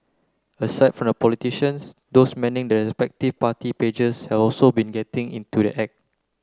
aside from the politicians those manning the respective party pages have also been getting into the act